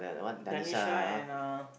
Danisha and uh